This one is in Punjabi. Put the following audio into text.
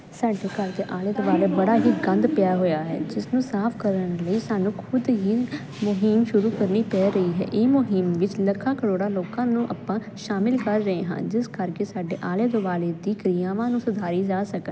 ਸਾਡੇ ਘਰ ਦੇ ਆਲੇ ਦੁਆਲੇ ਬੜਾ ਹੀ ਗੰਦ ਪਿਆ ਹੋਇਆ ਹੈ ਜਿਸ ਨੂੰ ਸਾਫ ਕਰਨ ਲਈ ਸਾਨੂੰ ਖੁਦ ਹੀ ਮੁਹਿਮ ਸ਼ੁਰੂ ਕਰਨੀ ਪੈ ਰਹੀ ਹੈ ਇਹ ਮੁਹਿੰਮ ਵਿੱਚ ਲੱਖਾਂ ਕਰੋੜਾਂ ਲੋਕਾਂ ਨੂੰ ਆਪਾਂ ਸ਼ਾਮਿਲ ਕਰ ਰਹੇ ਹਾਂ ਜਿਸ ਕਰਕੇ ਸਾਡੇ ਆਲੇ ਦੁਆਲੇ ਦੀ ਕ੍ਰਿਆਵਾਂ ਨੂੰ ਸੁਧਾਰੀ ਜਾ ਸਕਣ